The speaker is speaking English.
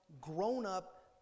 grown-up